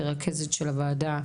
כרכזת של הוועדה,